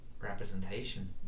representation